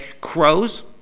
crows